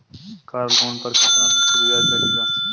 Car loan पर कितना प्रतिशत ब्याज लगेगा?